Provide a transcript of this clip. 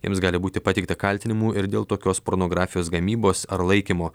jiems gali būti pateikta kaltinimų ir dėl tokios pornografijos gamybos ar laikymo